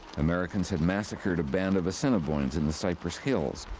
americans had massacred a band of assiniboines in the cypress hills,